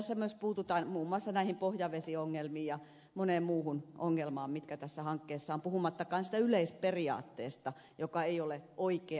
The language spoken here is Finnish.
tässä myös puututaan muun muassa näihin pohjavesiongelmiin ja moneen muuhun ongelmaan mitkä tässä hankkeessa ovat puhumattakaan siitä yleisperiaatteesta joka ei ole oikea